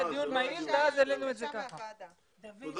תודה